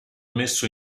messo